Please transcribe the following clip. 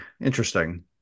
interesting